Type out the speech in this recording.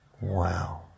Wow